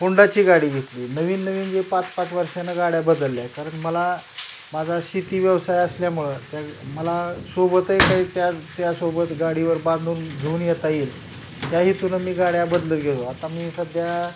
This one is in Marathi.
होंडाची गाडी घेतली नवीन नवीन जे पाच पाच वर्षानं गाड्या बदलल्या आहे कारण मला माझा शेती व्यवसाय असल्यामुळं त्या मला सोबतही काही त्या त्यासोबत गाडीवर बांधून घेऊन येता येईल त्या हेतूनं मी गाड्या बदलत गेलो आता मी सध्या